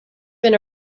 been